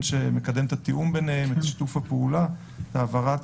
שמקדם את התיאום ביניהם ואת שיתוף הפעולה בהעברת